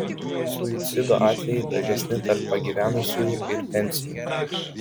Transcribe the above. suicido atvejai dažnesni tarp pagyvenusiųjų ir pensininkų